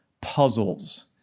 puzzles